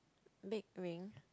big ring